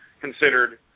considered